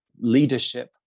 leadership